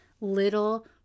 little